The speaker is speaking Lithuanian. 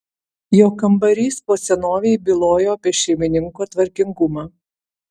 jo kambarys po senovei bylojo apie šeimininko tvarkingumą